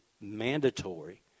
mandatory